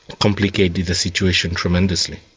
complicated the the situation tremendously.